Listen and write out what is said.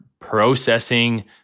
processing